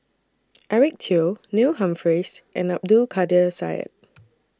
Eric Teo Neil Humphreys and Abdul Kadir Syed